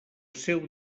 seu